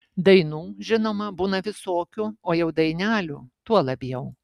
dainų žinoma būna visokių o jau dainelių tuo labiau